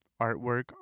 artwork